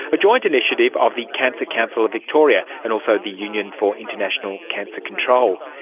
a joint initiative of the cancer council of victoria and also the union for international cancer control.